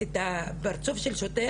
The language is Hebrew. פרצוף של שוטר